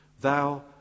thou